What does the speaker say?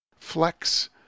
Flex